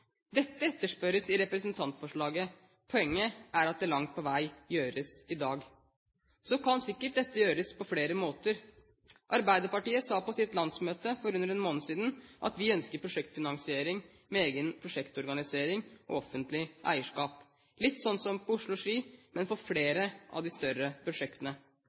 Dette etterspørres i representantforslaget. Poenget er at det langt på vei gjøres i dag. Så kan sikkert dette gjøres på flere måter. Arbeiderpartiet sa på sitt landsmøte for under en måned siden, at vi ønsker prosjektfinansiering med egen prosjektorganisering og offentlig eierskap – litt sånn som på Oslo–Ski, men for flere av de større prosjektene.